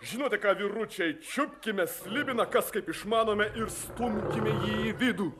žinote ką vyručiai čiupkime slibiną kas kaip išmanome ir stumkime jį į vidų